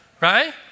right